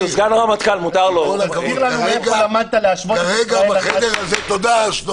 תסביר לנו איפה למדת להשוות את ישראל לנאצים.